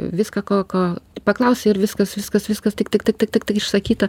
viską ko ko paklausė ir viskas viskas viskas tik tik tik tik tik tik išsakyta